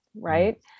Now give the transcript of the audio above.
right